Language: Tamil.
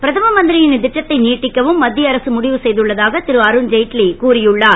பிரதம மந் ரி ன் இத் ட்டத்தை நீட்டிக்கவும் மத் ய அரசு முடிவு செ துள்ளதாக ரு அருண் ஜெட்லி கூறி உள்ளார்